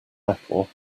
metal